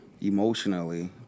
emotionally